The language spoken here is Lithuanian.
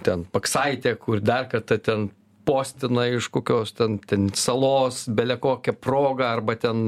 ten paksaitė kur dar kartą ten postina iš kokios ten ten salos bele kokia proga arba ten